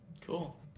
Cool